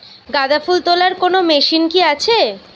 গাঁদাফুল তোলার কোন মেশিন কি আছে?